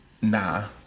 nah